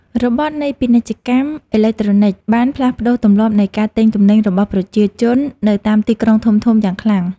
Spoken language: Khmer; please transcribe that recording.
របត់នៃពាណិជ្ជកម្មអេឡិចត្រូនិកបានផ្លាស់ប្តូរទម្លាប់នៃការទិញទំនិញរបស់ប្រជាជននៅតាមទីក្រុងធំៗយ៉ាងខ្លាំង។